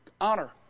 honor